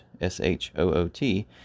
S-H-O-O-T